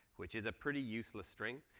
which is a pretty useless string.